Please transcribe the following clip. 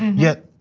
yet,